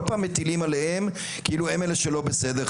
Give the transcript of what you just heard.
כל פעם מטילים עליהם כאילו הם אלה שלא בסדר.